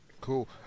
cool